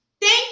thank